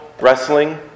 wrestling